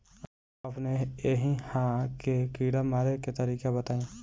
अपने एहिहा के कीड़ा मारे के तरीका बताई?